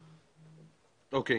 אוקיי.